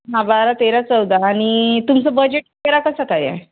हां बारा तेरा चौदा आणि तुमचं बजेट तेरा कसं काय आहे